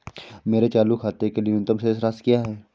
मेरे चालू खाते के लिए न्यूनतम शेष राशि क्या है?